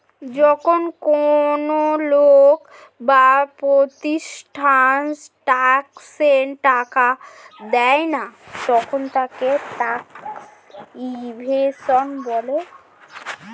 যখন কোন লোক বা প্রতিষ্ঠান ট্যাক্সের টাকা দেয় না তখন তাকে ট্যাক্স ইভেশন বলা হয়